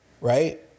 Right